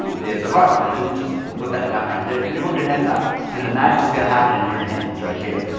the ace of hearts which is interesting. we'll put that down right there. can you hold your hands out because the magics going to happen in your hands right here.